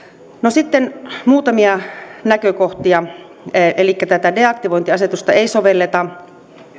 sitten muutamia näkökohtia elikkä tätä deaktivointiasetusta ei sovelleta